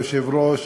כבוד היושב-ראש,